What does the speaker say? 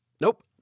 Nope